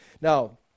Now